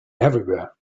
everywhere